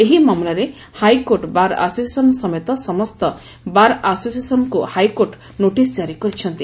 ଏହି ମାମଲାରେ high court bar association ସମେତ ସମସ୍ତ ବାର୍ଆସୋସିଏସନ୍କୁ ହାଇକୋର୍ ନୋଟିସ୍ ଜାରି କରିଛନ୍ତି